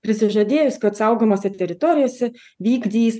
prisižadėjus kad saugomose teritorijose vykdys